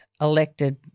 elected